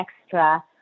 extra